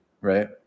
right